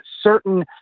certain